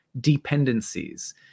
dependencies